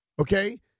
okay